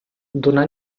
donà